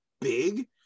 big